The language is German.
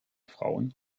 frauen